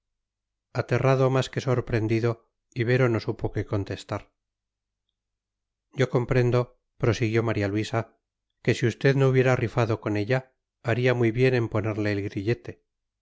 aterrado más que sorprendido ibero no supo qué contestar yo comprendo prosiguió maría luisa que si usted no hubiera rifado con ella haría muy bien en ponerle el grillete